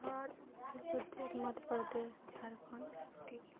Har Uttar Pradesh Madhya Pradesh Jharkhand